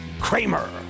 Kramer